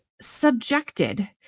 subjected